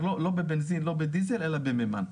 לא בבנזין ולא בדיזל אלא במימן.